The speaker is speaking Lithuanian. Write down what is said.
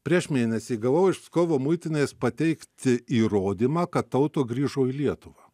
prieš mėnesį gavau iš pskovo muitinės pateikti įrodymą kad auto grįžo į lietuvą